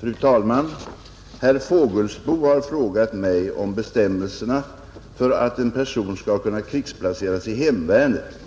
Fru talman! Herr Fågelsbo har frågat mig om bestämmelserna för att en person skall kunna krigsplaceras i hemvärnet